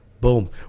Boom